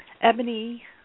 Ebony